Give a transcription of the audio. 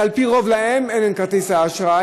שעל פי רוב להם אין כרטיס אשראי,